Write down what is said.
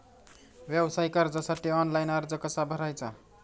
व्यवसाय कर्जासाठी ऑनलाइन अर्ज कसा भरायचा?